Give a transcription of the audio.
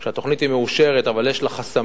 כשהתוכנית היא מאושרת, אבל יש לה חסמים